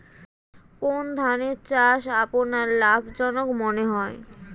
কোন ধানের চাষ আপনার লাভজনক মনে হয়?